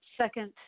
second